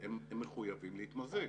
הם מחויבים להתמזג.